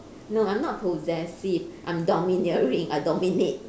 no I'm not possessive I'm domineering I dominate